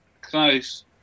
Close